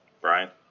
brian